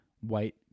white